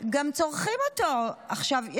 גם צורכים אותו עוד יום.